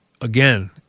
again